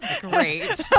Great